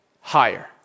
higher